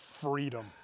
freedom